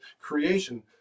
creation